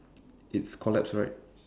it's collapsed right